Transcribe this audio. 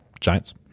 Giants